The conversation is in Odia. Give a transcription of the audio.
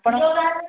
ଆପଣ